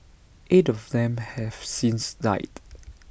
eight of them have since died